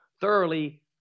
thoroughly